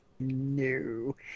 No